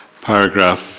paragraph